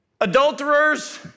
adulterers